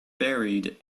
buried